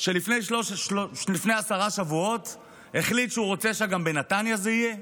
שלפני עשרה שבועות החליט שהוא רוצה שגם בנתניה זה יהיה.